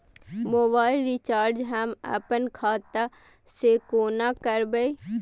Mobile recharge हम आपन खाता से कोना करबै?